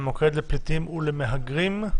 מהמוקד לפליטים ולמהגרים.